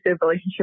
relationship